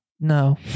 No